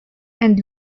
and